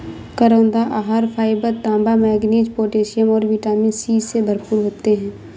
करौंदा आहार फाइबर, तांबा, मैंगनीज, पोटेशियम और विटामिन सी से भरपूर होते हैं